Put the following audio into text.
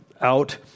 out